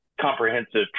comprehensive